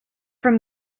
from